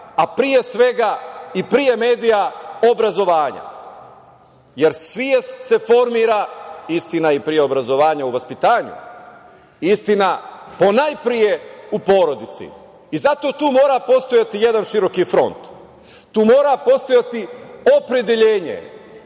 a pre svega i pre medija – obrazovanja, jer svest se formira, istina, i pre obrazovanja u vaspitanju, istina, ponajpre u porodici i zato tu mora postojati jedan široki front. Tu mora postojati opredeljenje